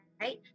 right